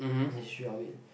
in the history of it